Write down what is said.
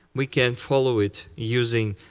we can follow it using